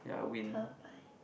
campaign